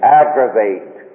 aggravate